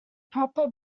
proper